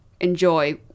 enjoy